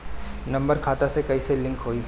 Number खाता से कईसे लिंक होई?